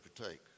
partake